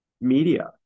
media